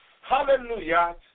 Hallelujah